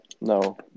No